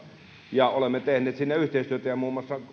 ja olemme tehneet sinne yhteistyötä ja muun muassa